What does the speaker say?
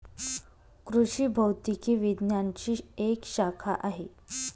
कृषि भौतिकी विज्ञानची एक शाखा आहे